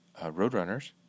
roadrunners